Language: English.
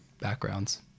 backgrounds